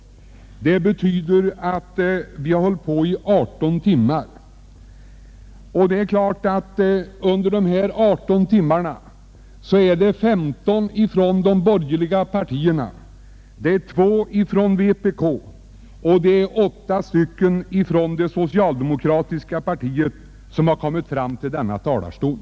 Det betyder att vi har hållit på i 18 timmar. Under dessa 18 timmar har femton ledamöter från de borgerliga partierna, två från vpk och åtta från det socialdemokratiska partiet kommit fram till denna talarstol.